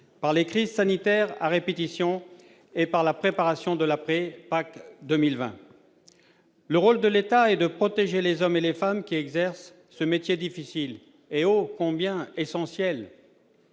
par les crises sanitaires à répétition et par la préparation de l'après-PAC 2020. Le rôle de l'État est de protéger les hommes et les femmes qui exercent ce métier difficile et ô combien essentiel.